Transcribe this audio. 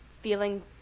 feeling